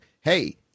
Hey